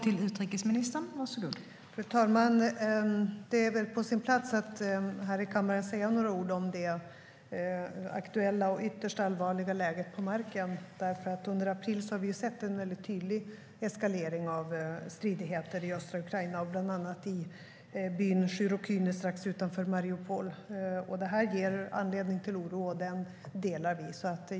Fru talman! Det är väl på sin plats att här i kammaren säga några ord om det aktuella och ytterst allvarliga läget på marken. Under april har vi sett en tydlig eskalering av stridigheter i östra Ukraina, bland annat i byn Shyrokyne strax utanför Mariupol. Det ger anledning till oro, och vi delar den oron.